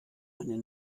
eine